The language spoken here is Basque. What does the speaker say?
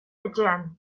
etxean